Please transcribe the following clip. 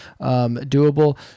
doable